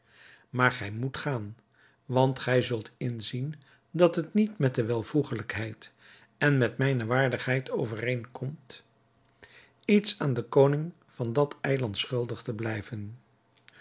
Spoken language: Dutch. maar gij moet gaan want gij zult inzien dat het niet met de welvoegelijkheid en met mijne waardigheid overeenkomt iets aan den koning van dat eiland schuldig te blijven